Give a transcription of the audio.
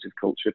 culture